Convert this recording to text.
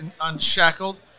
Unshackled